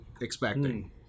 expecting